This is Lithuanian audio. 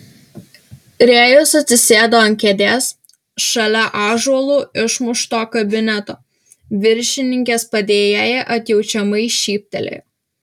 rėjus atsisėdo ant kėdės šalia ąžuolu išmušto kabineto viršininkės padėjėja atjaučiamai šyptelėjo